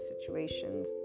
situations